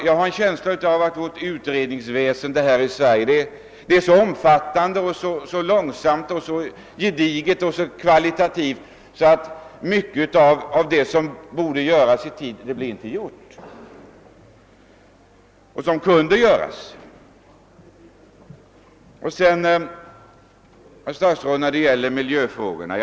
Jag har en känsla av att utredningsväsendet i Sverige är så omfattande, långsamt, om också gediget och kvalitativt högtstående, att mycket av det som borde och kunde göras inte blir gjort i tid.